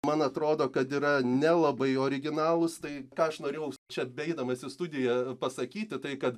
man atrodo kad yra nelabai originalūs tai ką aš norėjau čia beidamasis į studiją pasakyti tai kad